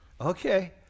Okay